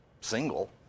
single